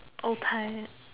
old time